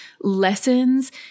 lessons